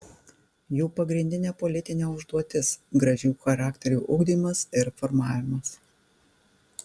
jų pagrindinė politinė užduotis gražių charakterių ugdymas ir formavimas